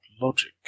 logic